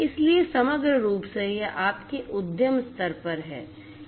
इसलिए समग्र रूप से यह आपके उद्यम स्तर है